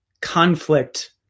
conflict